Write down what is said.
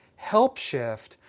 HelpShift